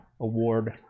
award